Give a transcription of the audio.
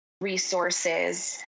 resources